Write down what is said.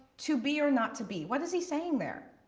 to be or not to be. what is he saying there?